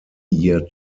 year